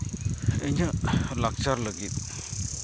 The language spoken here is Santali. ᱤᱧᱟᱹᱜ ᱞᱟᱠᱪᱟᱨ ᱞᱟᱹᱜᱤᱫ